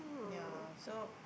ya so